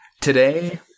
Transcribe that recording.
Today